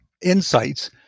insights